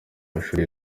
mashuri